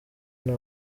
nta